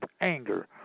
anger